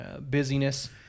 busyness